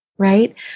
right